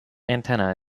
antenna